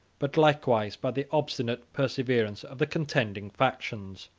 but likewise by the obstinate perseverance, of the contending factions.